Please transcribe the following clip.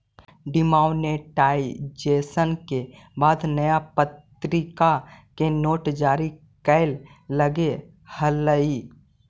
demonetisation के बाद नया प्तरीका के नोट जारी कैल गेले हलइ